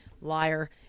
liar